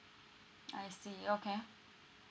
I see okay